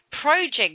project